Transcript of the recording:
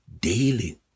daily